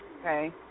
Okay